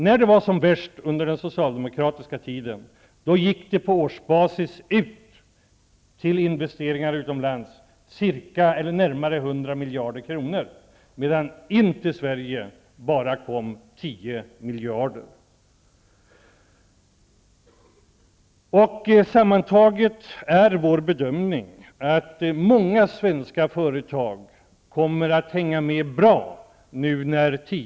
När det var som värst under den socialdemokratiska tiden gick, på årsbasis, närmare 100 miljarder kronor till investeringar utomlands, medan det kom in bara 10 miljarder kronor till Sammantaget är det vår bedömning att många svenska företag kommer att hänga med bra.